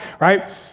right